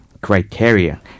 criteria